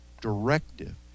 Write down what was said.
directive